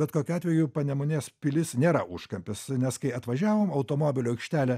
bet kokiu atveju panemunės pilis nėra užkampis nes kai atvažiavom automobilių aikštelė